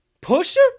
Pusher